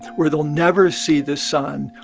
where they'll never see the sun.